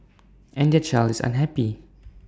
and their child is unhappy